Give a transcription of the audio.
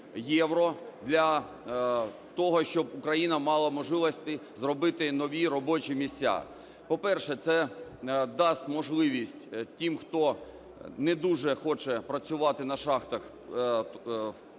для того, щоб Україна мала можливості зробити нові робочі місця. По-перше, це дасть можливість тим, хто не дуже хоче працювати на шахтах,